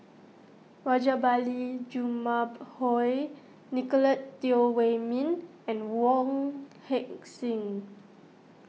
Rajabali Jumabhoy Nicolette Teo Wei Min and Wong Heck Sing